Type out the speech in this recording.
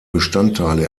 bestandteile